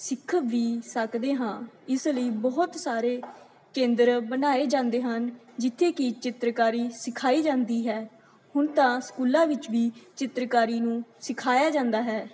ਸਿੱਖ ਵੀ ਸਕਦੇ ਹਾਂ ਇਸ ਲਈ ਬਹੁਤ ਸਾਰੇ ਕੇਂਦਰ ਬਣਾਏ ਜਾਂਦੇ ਹਨ ਜਿੱਥੇ ਕਿ ਚਿੱਤਰਕਾਰੀ ਸਿਖਾਈ ਜਾਂਦੀ ਹੈ ਹੁਣ ਤਾਂ ਸਕੂਲਾਂ ਵਿੱਚ ਵੀ ਚਿੱਤਰਕਾਰੀ ਨੂੰ ਸਿਖਾਇਆ ਜਾਂਦਾ ਹੈ